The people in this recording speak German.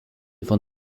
von